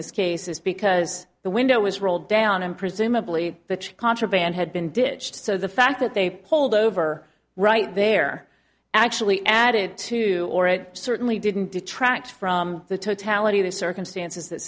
this case is because the window was rolled down and presumably the contraband had been ditched so the fact that they pulled over right there actually added to or it certainly didn't detract from the totality of the circumstances that